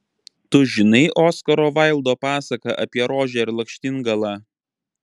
tu žinai oskaro vaildo pasaką apie rožę ir lakštingalą